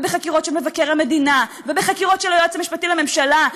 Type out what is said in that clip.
בחקירות של מבקר המדינה ובחקירות של היועץ המשפטי לממשלה,